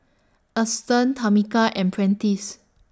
Auston Tamika and Prentiss